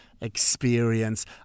experience